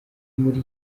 muri